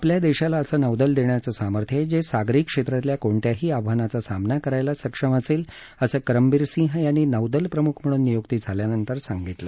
आपल्या देशाला असं नौदल देण्याचं सामर्थ्य आहे जे सागरी क्षेत्रातल्या कोणत्याही आव्हानाचा सामना करण्यास सक्षम असेल असं करमबीर सिंह यांनी नौदल प्रमुख म्हणून नियुक्ती झाल्या नंतर सांगितलं